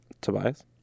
Tobias